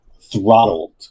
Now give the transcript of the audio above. throttled